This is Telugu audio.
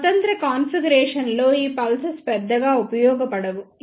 స్వతంత్ర కాన్ఫిగరేషన్లో ఈ పల్సెస్ పెద్దగా ఉపయోగపడవు